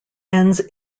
ends